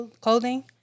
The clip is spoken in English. clothing